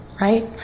Right